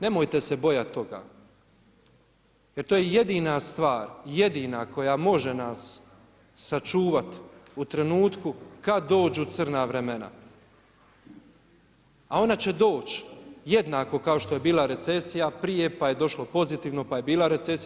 Nemojte se bojati toga jer to je jedina stvar jedina koja nas može sačuvati u trenutku kada dođu crna vremena, a ona će doć jednako kao što je bila recesija prije, pa je došlo pozitivno, pa je bila recesija.